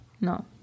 No